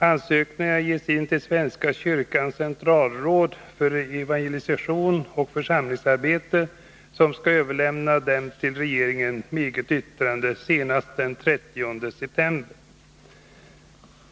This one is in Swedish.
Ansökningarna ges in till svenska kyrkans centralråd för evangelisation och församlingsarbete, som skall överlämna dem till regeringen med eget yttrande senast den 30 september.